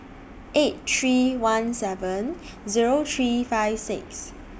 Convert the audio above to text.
eight three one seven Zero three five six